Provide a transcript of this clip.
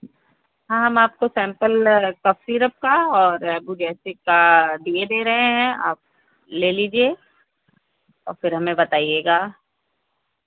हाँ हम आपको सैंपल कफ सीरप और बुजेसिक का दिए दे रहे हैं आप ले लीजिए और फिर हमें बताइएगा